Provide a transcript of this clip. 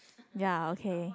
ya okay